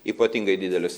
ypatingai didelis